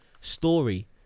story